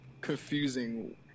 confusing